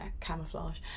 Camouflage